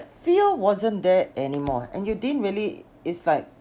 feel wasn't there anymore and you didn't really it's like